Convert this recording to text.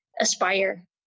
aspire